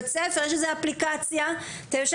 אפילו ברמה של לשדר בזום את השיעורים,